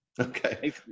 Okay